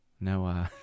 No